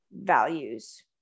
values